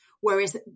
whereas